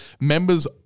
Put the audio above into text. members